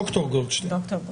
ד"ר גולדשטיין.